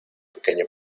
pequeño